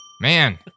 Man